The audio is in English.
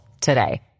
today